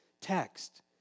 text